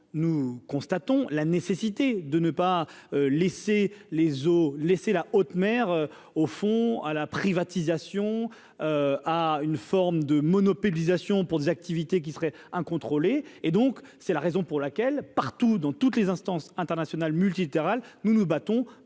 nous constatons la nécessité de ne pas laisser les eaux laisser la haute mer au fond à la privatisation, à une forme de monopolisation pour des activités qui serait et donc c'est la raison pour laquelle partout dans toutes les instances internationales multilatérales, nous nous battons